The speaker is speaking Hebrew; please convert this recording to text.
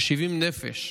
כ-70 נפש,